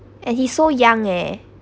and he so young eh